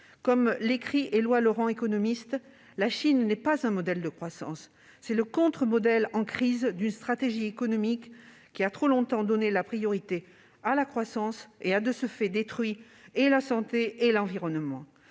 Comme l'écrit l'économiste Éloi Laurent :« La Chine n'est pas " un modèle de croissance ": c'est le contre-modèle en crise d'une stratégie économique qui a trop longtemps donné la priorité à la croissance, et a de ce fait détruit et la santé, et l'environnement